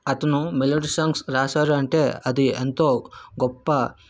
అతను melody songs రాశారు అంటే అది ఎంతో గొప్ప